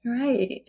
Right